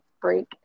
break